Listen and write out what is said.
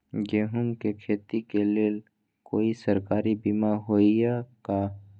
गेंहू के खेती के लेल कोइ सरकारी बीमा होईअ का?